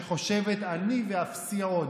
שחושבת: אני ואפסי עוד.